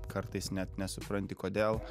kartais net nesupranti kodėl